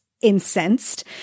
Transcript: incensed